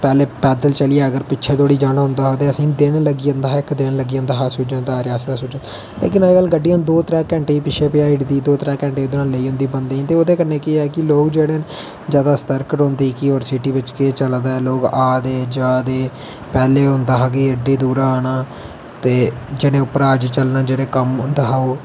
पैह्लें पैदल चलियै अगर पिच्छें धोड़ी जाना होंदा हा ते असेंगी दिन लग्गी जंदा हा इक दिन लग्गी जंदा हा अजकल गड्डियां दो त्रै घंटे च पिच्छै पजाई ओह्दी ते दौं त्रै घंटे च उद्धरा लेई बी औंदी ओह्दे कन्नै केह् ऐ कि लोग जेहड़े न ज्यादा सतर्क रौंहदे कि सिटी बिच केह् चलादा ऐ लोग आदे जारदे पैहलें होंदा हा कि ऐड्डे दूरा आना ते जेहदे उपरा अज्ज चलना जेहड़ा कम्म होंदा हा ओह्